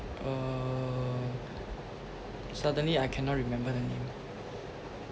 uh suddenly I cannot remember the name